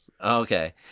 Okay